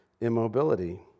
immobility